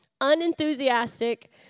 unenthusiastic